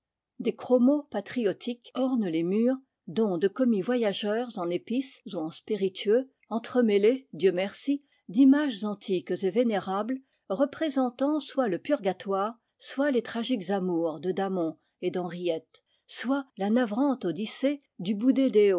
des chromos patriotiques ornent les murs dons de commis voyageurs en épices ou en spiritueux entremêlés dieu merci d'images antiques et vénérables représentant soit le purgatoire soit les tragiques amours de damon et d'henriette soit la navrante odyssée du boudêdéo